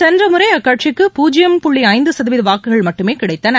சென்ற முறை அக்கட்சிக்கு பூஜ்யம் புள்ளி ஐந்து சதவீத வாக்குகள் மட்டுமே கிடைத்தன